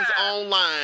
online